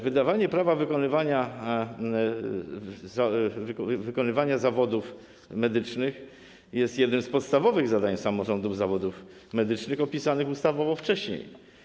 Wydawanie prawa wykonywania zawodów medycznych jest jednym z podstawowych zadań samorządów zawodów medycznych opisanych ustawowo wcześniej.